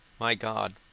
my god,